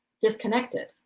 disconnected